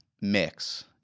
mix